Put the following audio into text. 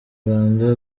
rwanda